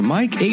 Mike